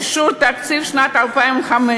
אישור תקציב 2015,